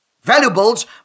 Valuables